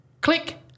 Click